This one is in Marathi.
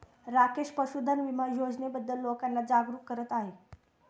राकेश पशुधन विमा योजनेबद्दल लोकांना जागरूक करत आहे